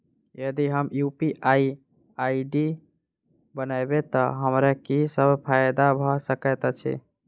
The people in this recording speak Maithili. यदि हम यु.पी.आई आई.डी बनाबै तऽ हमरा की सब फायदा भऽ सकैत अछि?